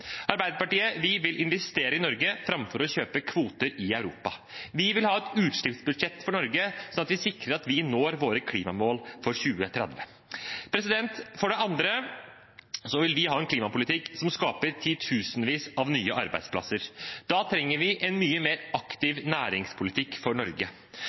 vil investere i Norge framfor å kjøpe kvoter i Europa. Vi vil ha et utslippsbudsjett for Norge, slik at vi sikrer at vi når våre klimamål for 2030. For det andre vil vi ha en klimapolitikk som skaper titusenvis av nye arbeidsplasser. Da trenger vi en mye mer aktiv næringspolitikk for Norge.